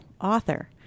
author